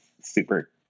super